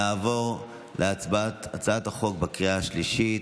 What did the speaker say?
נעבור להצבעה על הצעת החוק בקריאה השלישית,